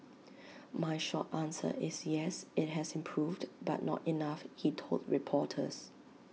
my short answer is yes IT has improved but not enough he told reporters